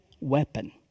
weapon